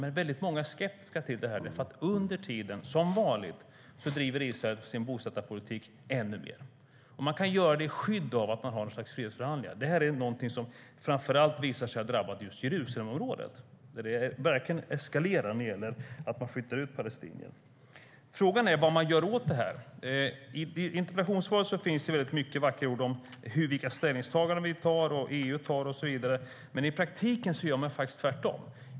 Många är dock skeptiska eftersom Israel under tiden som vanligt bedriver sin bosättarpolitik ännu mer och gör det i skydd av fredsförhandlingarna. Detta har framför allt drabbat Jerusalemområdet där man flyttar ut palestinier i eskalerande takt. Vad gör man åt detta? I interpellationssvaret finns många vackra ord om vilka ställningstaganden vi och EU tar och så vidare, men i praktiken gör man tvärtom.